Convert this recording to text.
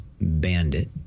Bandit